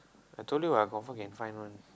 I told you what I confirm can find one